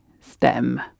stem